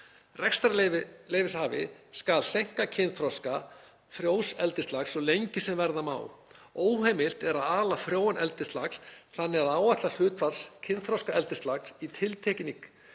„Rekstrarleyfishafi skal seinka kynþroska frjós eldislax svo lengi sem verða má. Óheimilt er að ala frjóan eldislax þannig að áætlað hlutfall kynþroska eldislax í tiltekinni